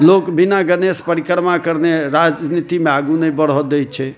लोक बिना गणेश परिक्रमा करने राजनीतिमे आगू नहि बढ़ै दै छै